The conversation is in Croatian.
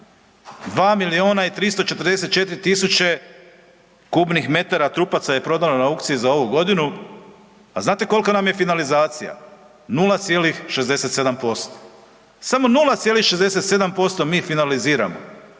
tisuće kubnih metara trupaca je prodano na aukciji za ovu godinu. A znate koliko nam je finalizacija? 0,67%. Samo 0,67% mi finaliziramo.